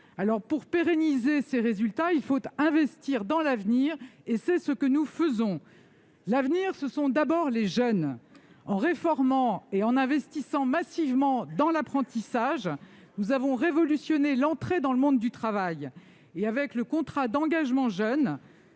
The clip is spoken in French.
Pour pérenniser ces résultats, il faut investir dans l'avenir et c'est ce que nous faisons. L'avenir, ce sont d'abord les jeunes. En réformant l'apprentissage et en y investissant massivement, nous avons révolutionné l'entrée dans le monde du travail. Avec le contrat d'engagement jeune,